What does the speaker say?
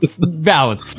Valid